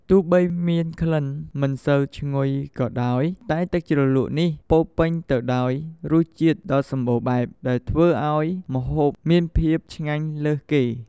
ទោះបីមានក្លិនមិនសូវឈ្ងុយក៏ដោយ តែទឹកជ្រលក់នេះពោរពេញទៅដោយរសជាតិដ៏សម្បូរបែប ដែលធ្វើឲ្យម្ហូបមានភាពឆ្ងាញ់លើសគេ។